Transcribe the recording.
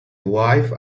wife